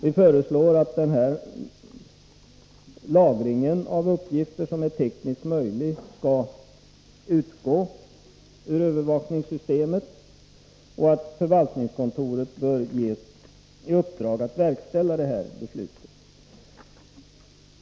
Vi föreslår att den lagring av uppgifter som är tekniskt möjlig skall utgå ur övervakningssystemet och att förvaltningskontoret bör ges i uppdrag att verkställa det beslutet.